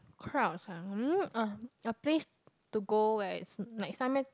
crowds ah mm a a place to go where it's like somewhere